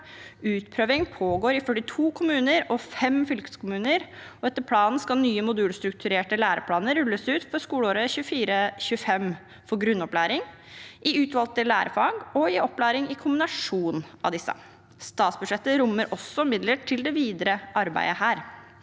Utprøving pågår i 42 kommuner og 5 fylkeskommuner, og etter planen skal nye modulstrukturerte læreplaner rulles ut for skoleåret 2024–2025 for grunnopplæring, i utvalgte lærefag og opplæring i kombinasjon av disse. Statsbudsjettet rommer også midler til det videre arbeidet der.